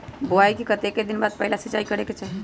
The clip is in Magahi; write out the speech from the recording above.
बोआई के कतेक दिन बाद पहिला सिंचाई करे के चाही?